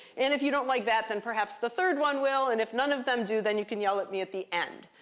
and if you don't like that, then perhaps the third one will. and if none of them do, then you can yell at me at the end.